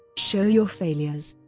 show your failures.